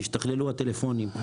השתכללו הטלפונים,